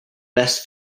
best